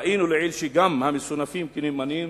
ראינו לעיל שגם המסונפים כנאמנים